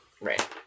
right